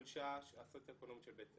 החולשה הסוציו-אקונומית של בית הספר.